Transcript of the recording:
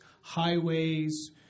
highways